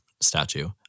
statue